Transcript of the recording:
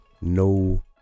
no